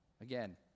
Again